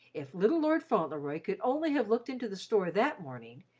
if little lord fauntleroy could only have looked into the store that morning,